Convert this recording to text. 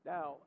Now